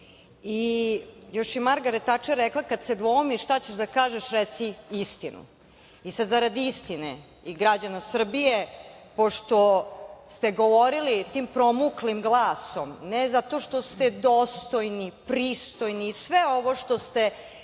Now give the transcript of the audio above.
je i Margaret Tačer rekla - kad se dvoumiš šta ćeš da kažeš, reci istinu. I sad zarad istine i građana Srbije, pošto ste govorili tim promuklim glasom, ne zato što ste dostojni, pristojni i sve ovo što ste